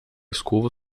escova